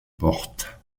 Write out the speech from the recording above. porte